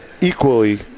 equally